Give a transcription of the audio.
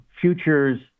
futures